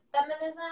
feminism